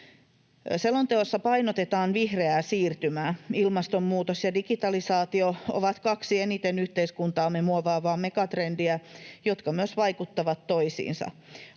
Selonteossa painotetaan vihreää siirtymää. Ilmastonmuutos ja digitalisaatio ovat kaksi eniten yhteiskuntaamme muovaavaa megatrendiä, jotka myös vaikuttavat toisiinsa.